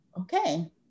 okay